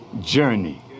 journey